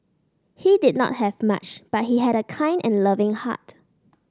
he did not have much but he had a kind and loving heart